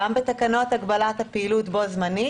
גם בתקנות הגבלת הפעילות בו-זמנית.